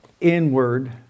inward